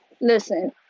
Listen